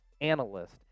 analyst